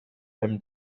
him